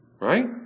right